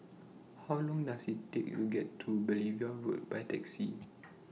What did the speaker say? How Long Does IT Take to get to Beaulieu Road By Taxi